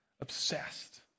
obsessed